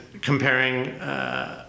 comparing